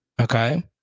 okay